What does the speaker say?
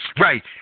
Right